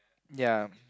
ya